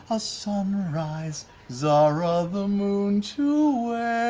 a sunrise! zahra the moon to